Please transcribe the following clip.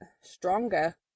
stronger